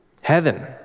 heaven